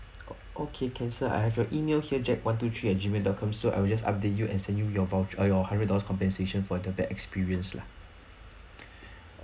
o~ okay can sir I have your email here jack one two three at G mail dot com so I will just update you and send you your vouch~ err your hundred dollars compensation for the bad experience lah